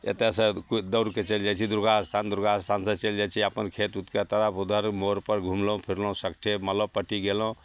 एतएसे दौड़िके चलि जाइ छी दुरगा अस्थान दुरगा अस्थानसे चलि जाइ छी अपन खेत उतके तरफ उधर मोड़पर घुमलहुँ फिरलहुँ सगठे मलहपट्टी गेलहुँ